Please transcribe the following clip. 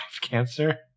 cancer